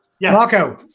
Marco